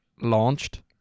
launched